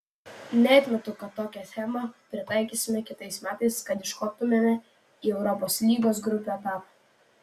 neatmetu kad tokią schemą pritaikysime kitais metais kad iškoptumėme į europos lygos grupių etapą